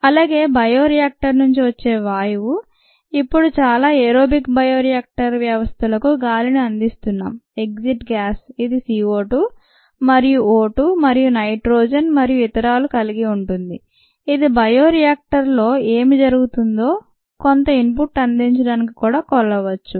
అలాగే బయోరియాక్టర్ నుండి వచ్చే వాయువు ఇప్పుడు చాలా ఏరోబిక్ బయోరియాక్టర్ వ్యవస్థలకు గాలిని అందిస్తున్నాము ఎక్జిట్ గ్యాస్ ఇది CO2 మరియు O2 మరియు నైట్రోజన్ మరియు ఇతరాలు కలిగి ఉంటుంది ఇది బయో రియాక్టర్లో ఏమి జరుగుతుందో కొంత ఇన్పుట్ అందించడానికి కూడా కొలవవచ్చు